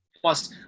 Plus